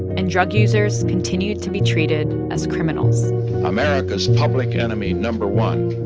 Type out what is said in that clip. and drug users continued to be treated as criminals america's public enemy number one,